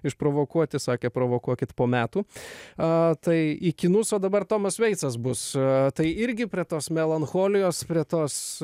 išprovokuoti sakė provokuokit po metų a tai į kinus o dabar tomas veitsas bus a tai irgi prie tos melancholijos prie tos